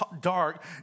dark